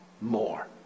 more